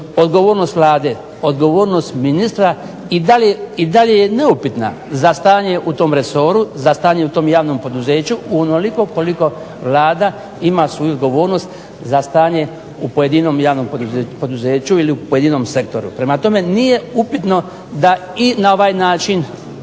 odgovornost Vlade, odgovornost ministra i dalje je neupitna za stanje u tom resoru, za stanje u tom javnom poduzeću onoliko koliko Vlada ima svoju odgovornost za stanje u pojedinom javnom poduzeću ili u pojedinom sektoru. Prema tome, nije upitno da i na ovaj način